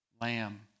lamb